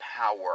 power